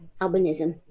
albinism